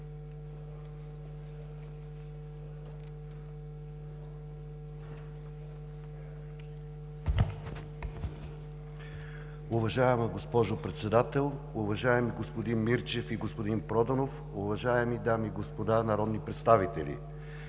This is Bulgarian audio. Уважаема госпожо Председател, уважаеми господин Мирчев и господин Проданов, уважаеми дами и господа народни представители!